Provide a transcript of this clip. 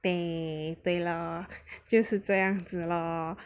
对对 lor 就是这样子 lor